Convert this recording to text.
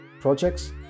projects